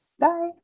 Bye